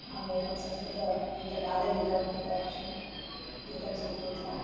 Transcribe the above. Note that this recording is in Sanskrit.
अहम् एकं संस्कृतगीतं बालगीतम् एतादृशं गीतं स्वीकृत्य